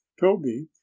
toby